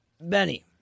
Benny